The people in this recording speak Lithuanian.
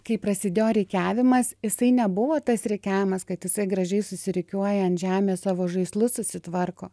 kai prasidėjo rikiavimas jisai nebuvo tas rikiavimas kad jisai gražiai susirikiuoja ant žemės savo žaislus susitvarko